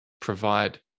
provide